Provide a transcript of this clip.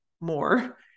more